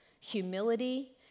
humility